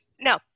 no